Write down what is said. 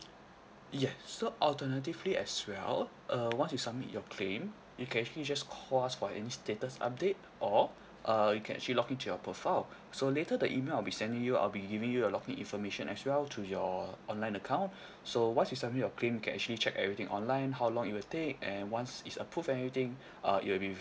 yes so alternatively as well uh once you submit your claim you can actually just call us for any status update or err you can actually log into your profile so later the email I'll be sending you I'll be giving you a login information as well to your online account so once you submit your claim you can actually check everything online how long it will take and once it's approved and everything uh it will be